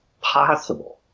possible